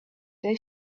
they